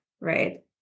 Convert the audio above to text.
right